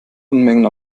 unmengen